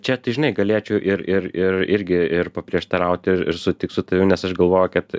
čia tai žinai galėčiau ir ir ir irgi ir paprieštarauti ir ir sutikt su tavim nes aš galvoju kad